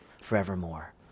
forevermore